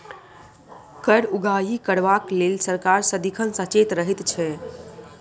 कर उगाही करबाक लेल सरकार सदिखन सचेत रहैत छै